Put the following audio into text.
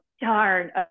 Darn